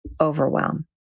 overwhelm